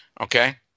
Okay